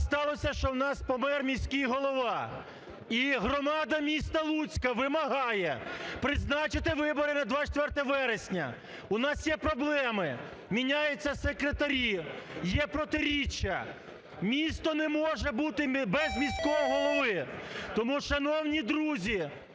сталося, що в нас помер міський голова. І громада міста Луцька вимагає призначити вибори на 24 вересня. У нас є проблеми: міняються секретарі, є протиріччя. Місто не може бути без міського голови. Тому, шановні друзі,